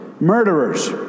murderers